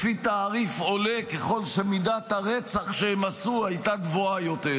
לפי תעריף עולה ככל שמידת הרצח שהם עשו הייתה גבוהה יותר.